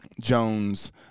Jones